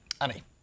Annie